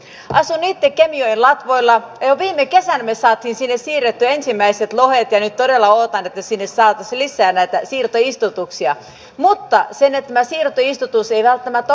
asun itse kemijoen latvoilla ja jo viime kesänä me saimme sinne siirrettyä ensimmäiset lohet ja nyt todella odotan että sinne saataisiin lisää näitä siirtoistutuksia mutta tämä siirtoistutus ei välttämättä onnistu